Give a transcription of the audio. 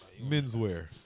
menswear